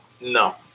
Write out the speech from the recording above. No